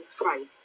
Christ